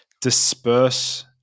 disperse